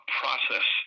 process